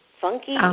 funky